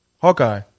Hawkeye